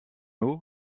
eau